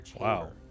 Wow